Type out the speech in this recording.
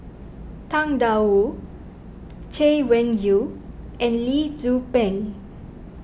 Tang Da Wu Chay Weng Yew and Lee Tzu Pheng